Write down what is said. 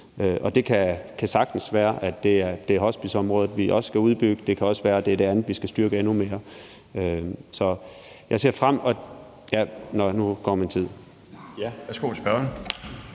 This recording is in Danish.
Det kan sagtens være, at det er hospiceområdet, vi også skal udbygge; det kan også være, at det er det andet, vi skal styrke endnu mere. Nå, nu er min tid